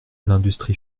l’industrie